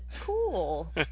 Cool